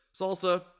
salsa